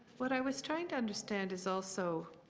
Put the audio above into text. what i was trying to understand is also